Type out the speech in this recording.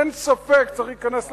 אין ספק, הוא צריך להיכנס לכלא.